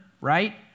right